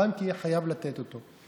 הבנק יהיה חייב לתת אותו,